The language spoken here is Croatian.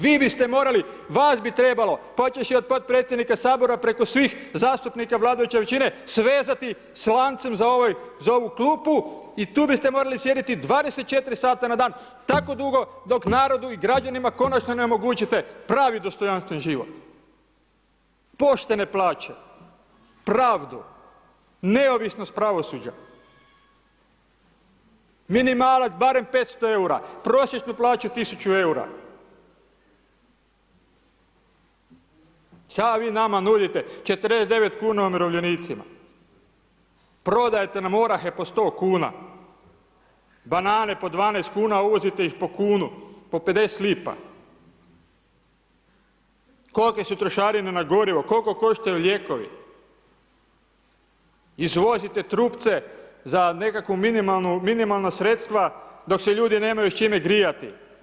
Vi biste morali, vas bi trebalo, počevši od potpredsjednika Sabora preko svih zastupnika vladajuće većine svezati s lancem za ovu klupu i tu biste trebali sjediti 24 sata na dan, tako dugo dok narodu i građanima konačno ne omogućite pravi dostojanstven život, poštene plaće, pravdu, neovisnost pravosuđa, minimalac barem 500,00 EUR-a, prosječnu plaću 1.000,00 EUR-a, šta vi nama nudite 49,00 kn umirovljenicima, prodajete nam orahe po 100,00 kn, banane po 12,00 kn, uvozite ih po 1,00 kn, po 0,50 kn, kolike su trošarine na gorivo, koliko koštaju lijekovi, izvozite trupce za nekakva minimalna sredstva, dok se ljudi nemaju s čime grijati.